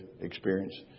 experience